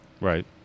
Right